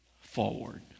forward